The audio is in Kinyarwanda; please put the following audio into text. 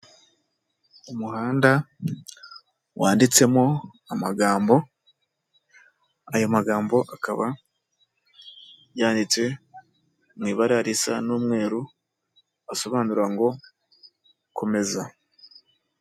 Umuhanda wanditsemo amagambo, ayo magambo akaba yanditse mu ibara risa n'umweru, asobanura ngo komeza.